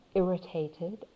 irritated